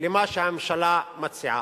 למה שהממשלה מציעה.